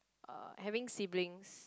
uh having siblings